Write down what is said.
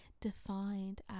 defined